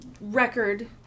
record